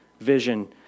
vision